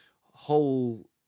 whole